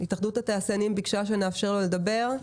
התאחדות התעשיינים ביקשה שניתן לו לדבר,